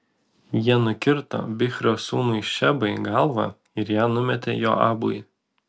jie nukirto bichrio sūnui šebai galvą ir ją numetė joabui